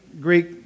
Greek